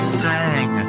sang